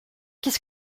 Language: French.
qu’est